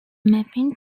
mapping